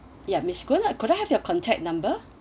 ya miss koon could I have your contact number